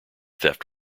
theft